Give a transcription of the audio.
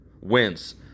wins